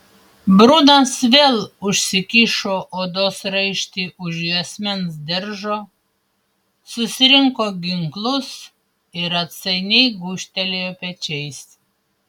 brunas vėl užsikišo odos raištį už juosmens diržo susirinko ginklus ir atsainiai gūžtelėjo pečiais